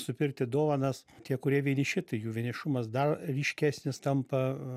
supirkti dovanas tie kurie vieniši tai jų vienišumas dar ryškesnis tampa